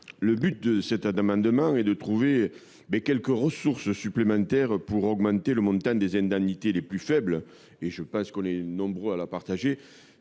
L’objet de cet amendement est de trouver des ressources supplémentaires pour augmenter le montant des indemnités les plus faibles. Je pense que nous sommes nombreux à partager